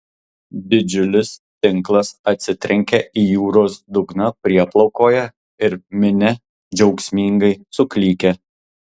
didžiulis tinklas atsitrenkia į jūros dugną prieplaukoje ir minia džiaugsmingai suklykia